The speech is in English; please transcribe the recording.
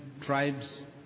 tribes